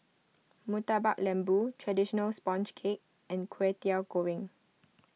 Murtabak Lembu Traditional Sponge Cake and Kwetiau Goreng